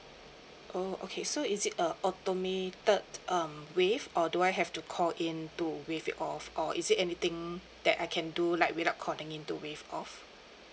oh okay so is it a automated um waive or do I have to call in to waive it off or is it anything that I can do like without calling in to waive off